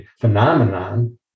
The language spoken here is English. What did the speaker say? phenomenon